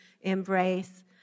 embrace